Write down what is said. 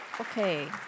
Okay